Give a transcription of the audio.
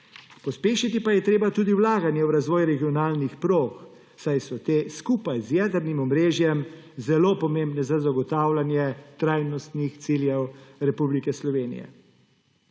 Pospešiti pa je treba tudi vlaganje v razvoj regionalnih prog, saj so te skupaj z jedrnim omrežjem zelo pomembne za zagotavljanje trajnostnih ciljev Republike Slovenije.